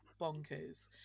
bonkers